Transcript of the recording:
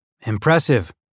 Impressive